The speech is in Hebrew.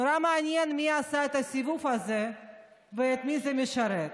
נורא מעניין מי עשה את הסיבוב הזה ואת מי זה משרת.